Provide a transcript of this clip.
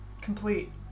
complete